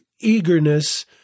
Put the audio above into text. eagerness